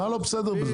מה לא בסדר בזה?